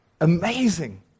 Amazing